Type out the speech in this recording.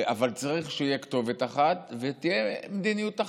אבל צריך שתהיה כתובת אחת ותהיה מדיניות אחת.